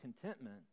contentment